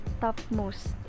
topmost